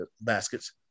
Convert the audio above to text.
baskets